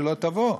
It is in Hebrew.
שלא תבוא.